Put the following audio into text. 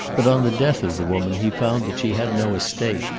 but on the death of the woman he found that she had no estate,